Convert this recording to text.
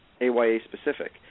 AYA-specific